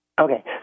Okay